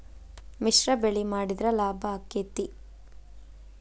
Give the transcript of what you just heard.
ಮಿಶ್ರ ಬೆಳಿ ಮಾಡಿದ್ರ ಲಾಭ ಆಕ್ಕೆತಿ?